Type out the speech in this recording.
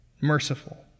merciful